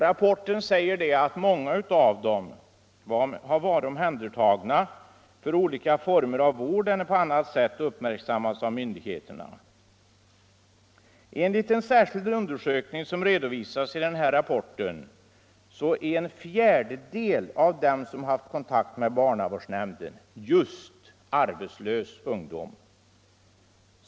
Rapporten säger att många av dem har varit omhändertagna för olika former av vård eller på annat sätt uppmärksammats av myndigheterna. Enligt en särskild undersökning, som redovisas i den här rapporten, är en fjärdedel av dem som haft kontakt med barnavårdsnämnden just arbetslös ungdom.